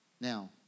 Now